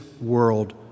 world